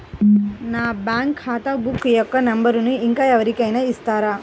నా బ్యాంక్ ఖాతా బుక్ యొక్క నంబరును ఇంకా ఎవరి కైనా ఇస్తారా?